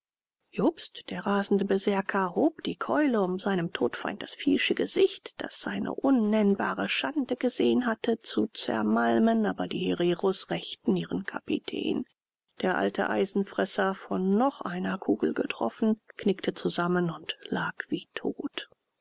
jobst der rasende berserker hob die keule um seinem todfeind das viehische gesicht das seine unnennbare schande gesehen hatte zu zermalmen aber die hereros rächten ihren kapitän der alte eisenfresser von noch einer kugel getroffen knickte zusammen und lag wie tot